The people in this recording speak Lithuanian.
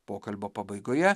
pokalbio pabaigoje